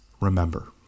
remember